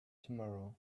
tomorrow